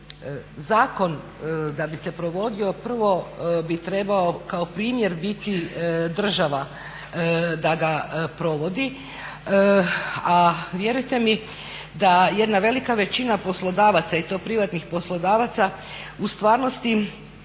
zakon da bi se provodio prvo bi trebao kao primjer biti država da ga provodi, a vjerujte mi da jedna velika većina poslodavaca i to privatnih poslodavaca u stvarnosti